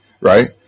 right